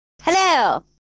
Hello